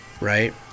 Right